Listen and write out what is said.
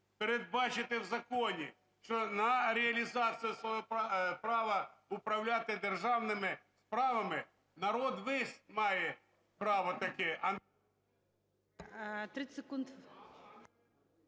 передбачити в законі, що на реалізацію свого права управляти державними справами народ весь має право таке,